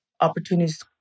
opportunities